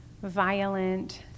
violent